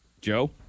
Joe